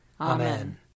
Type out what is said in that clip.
Amen